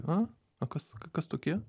na o kas kas tokie